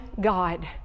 God